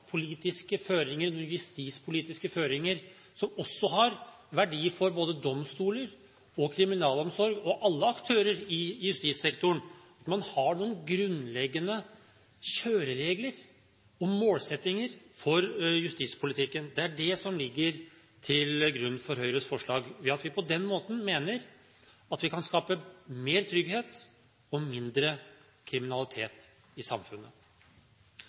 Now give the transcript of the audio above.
justispolitiske føringer, som også har verdier for både domstoler og kriminalomsorg og alle aktører i justissektoren, at man har noen grunnleggende kjøreregler og målsettinger for justispolitikken. Det er det som ligger til grunn for Høyres forslag. På den måten mener vi at vi kan skape mer trygghet og få mindre kriminalitet i samfunnet.